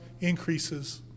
increases